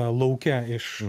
lauke iš